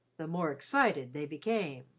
the more excited they became.